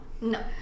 No